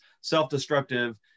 self-destructive